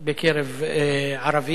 בקרב הערבים,